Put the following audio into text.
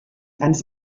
eines